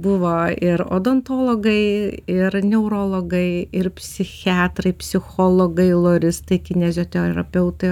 buvo ir odontologai ir neurologai ir psichiatrai psichologai loristai kineziterapeutai